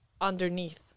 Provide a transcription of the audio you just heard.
underneath